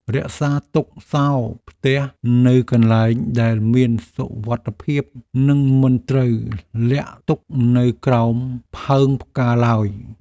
រក្សាទុកសោរផ្ទះនៅកន្លែងដែលមានសុវត្ថិភាពនិងមិនត្រូវលាក់ទុកនៅក្រោមផើងផ្កាឡើយ។